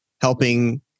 helping